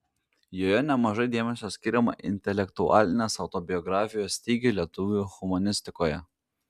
joje nemažai dėmesio skiriama intelektualinės autobiografijos stygiui lietuvių humanistikoje